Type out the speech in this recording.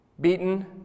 Beaten